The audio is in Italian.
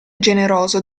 generoso